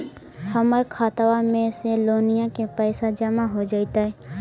हमर खातबा में से लोनिया के पैसा जामा हो जैतय?